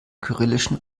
kyrillischen